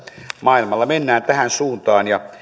maailmalla mennään tähän suuntaan